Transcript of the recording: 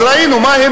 אז ראינו מה הם